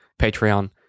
Patreon